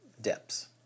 Depths